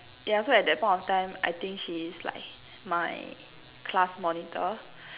yeah so at that point of time I think she's like my class monitor